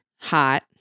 Hot